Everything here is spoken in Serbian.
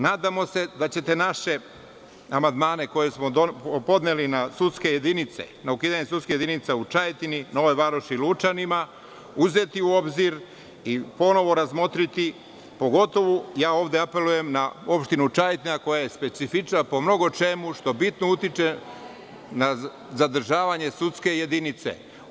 Nadamo se da ćete naše amandmane koje smo podneli na sudske jedinice, na ukidanje istih u Čajetini, Novoj Varoši i Lučanima, uzeti u obzir i ponovo razmotriti, ja pogotovo ovde apelujem na opštinu Čajetina koja je specifična po mnogo čemu, što bitno utiče na zadržavanje sudske jedinice.